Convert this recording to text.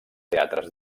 teatres